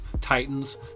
Titans